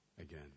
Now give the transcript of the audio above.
again